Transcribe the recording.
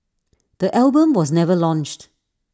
the album was never launched